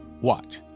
watch